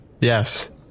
Yes